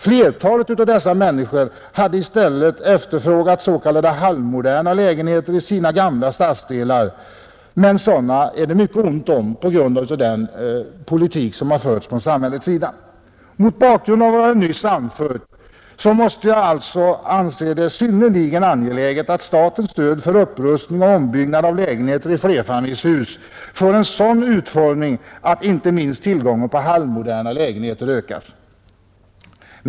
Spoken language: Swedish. Flertalet av dem har i stället efterfrågat s.k. halvmoderna lägenheter i sina gamla stadsdelar, men sådana är det mycket ont om på grund av den politik som förts från samhällets sida. Mot denna bakgrund anser jag det synnerligen angeläget att statens stöd för upprustning och ombyggnad av lägenheter i flerfamiljshus får en sådan utformning att inte minst tillgången på halvmoderna lägenheter ökas!